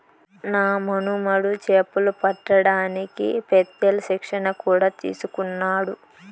నా మనుమడు చేపలు పట్టడానికి పెత్తేల్ శిక్షణ కూడా తీసుకున్నాడు